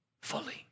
fully